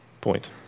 point